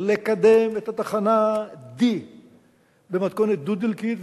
לקדם את התחנהD במתכונת דו-דלקית,